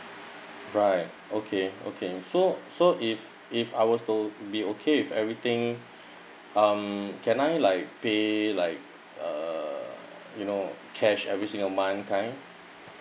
right okay okay so so if if I was to be okay if everything um can I like pay like uh you know cash every single month time